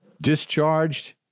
discharged